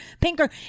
Pinker